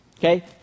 Okay